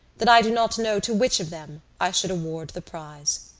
that i do not know to which of them i should award the prize.